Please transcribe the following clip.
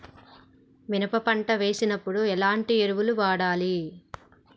మినప పంట వేసినప్పుడు ఎలాంటి ఎరువులు వాడాలి?